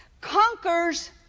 conquers